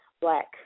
black